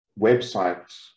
websites